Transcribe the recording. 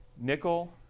Nickel